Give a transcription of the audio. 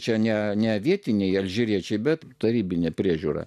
čia ne vietiniai alžyriečiai bet tarybinė priežiūra